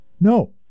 No